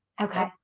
Okay